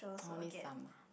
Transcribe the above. only some ah